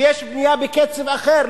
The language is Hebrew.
ויש בנייה בקצב אחר.